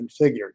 configured